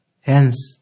Hence